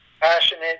passionate